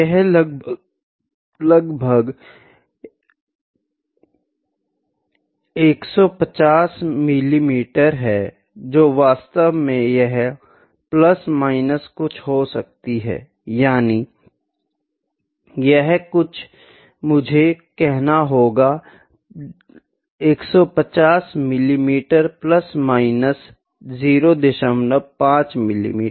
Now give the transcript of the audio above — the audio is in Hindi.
यह लगभग 150 मिमी हैतो वास्तव में यह प्लस माइनस कुछ हो सकती है यानि यहाँ मुझे कहना हो 150 मिमी प्लस या माइनस 05 मिमी